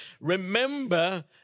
Remember